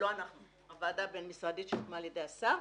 הוועדה הבינמשרדית שהוקמה על ידי השר,